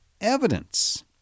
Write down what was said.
evidence